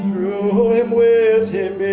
through him, with him,